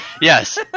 Yes